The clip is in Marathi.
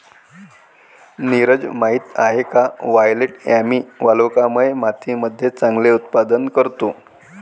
नीरज माहित आहे का वायलेट यामी वालुकामय मातीमध्ये चांगले उत्पादन करतो?